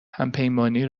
همپیمانی